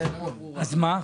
אז מה?